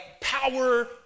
power